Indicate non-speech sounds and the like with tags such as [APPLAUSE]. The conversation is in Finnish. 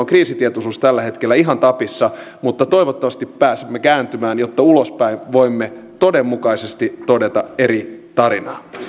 [UNINTELLIGIBLE] kriisitietoisuus tällä hetkellä ihan tapissa mutta toivottavasti pääsemme kääntymään jotta ulospäin voimme todenmukaisesti todeta eri tarinaa